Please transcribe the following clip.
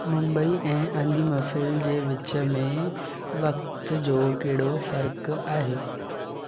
मुंबई ऐं अंदिमफ़िल जे विच में वक़्ति जो कहिड़ो फ़र्क़ु आहे